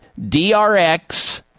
DRX